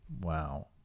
wow